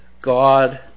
God